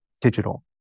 digital